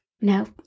No